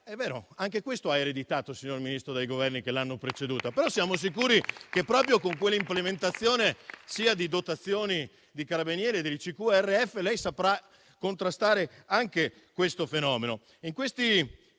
È vero, anche questo ha ereditato, signor Ministro, dai Governi che l'hanno preceduta. Però siamo sicuri che, proprio con quell'implementazione di dotazioni dei Carabinieri e dell'ICQRF, lei saprà contrastare anche questo fenomeno.